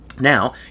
now